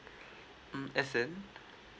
mm as in